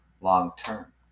long-term